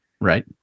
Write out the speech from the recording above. Right